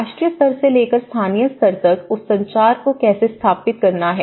राष्ट्रीय स्तर से लेकर स्थानीय स्तर तक उस संचार को कैसे स्थापित करना है